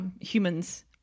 humans